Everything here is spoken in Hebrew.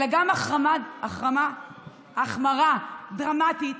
אלא גם החמרה דרמטית